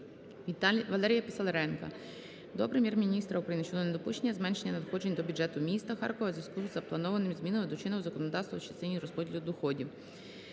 Валерія Писаренка до Прем'єр-міністра України щодо недопущення зменшення надходжень до бюджету міста Харкова у зв'язку із запланованими змінами до чинного законодавства в частині розподілу доходів.